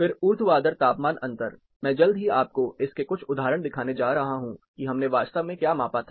फिर ऊर्ध्वाधर तापमान अंतर मैं जल्द ही आपको इसके कुछ उदाहरण दिखाने जा रहा हूं कि हमने वास्तव में क्या मापा था